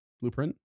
blueprint